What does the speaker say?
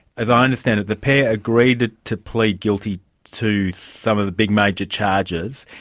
as i understand it, the pair agreed to to plead guilty to some of the big major charges,